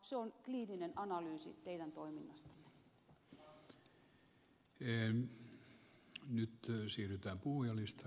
se on kliininen analyysi teidän toiminnastanne